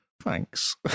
Thanks